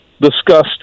discussed